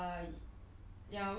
like err